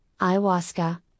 ayahuasca